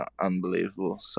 unbelievable